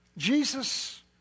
Jesus